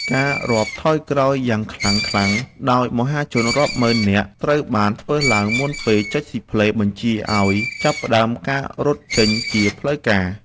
ការរាប់ថយក្រោយយ៉ាងខ្លាំងៗដោយមហាជនរាប់ម៉ឺននាក់ ត្រូវបានធ្វើឡើងមុនពេលចុចស៊ីផ្លេបញ្ជាឱ្យចាប់ផ្ដើមការរត់ចេញជាផ្លូវការ។